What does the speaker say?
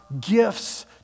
gifts